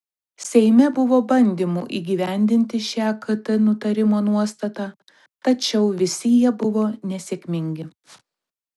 seime buvo bandymų įgyvendinti šią kt nutarimo nuostatą tačiau visi jie buvo nesėkmingi